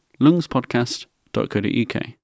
lungspodcast.co.uk